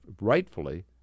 rightfully